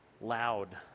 Loud